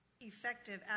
effective